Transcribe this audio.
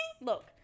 Look